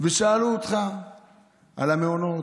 ושאלו אותך על המעונות,